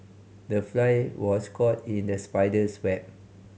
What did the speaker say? the fly was caught in the spider's web